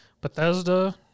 Bethesda